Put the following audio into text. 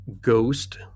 ghost